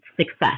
success